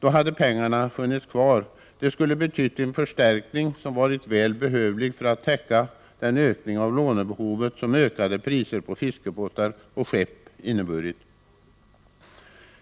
Då hade pengarna funnits kvar. Det skulle ha betytt en förstärkning, som varit väl behövlig för att täcka den ökning av lånebehovet som ökade priser på fiskebåtar och skepp inneburit.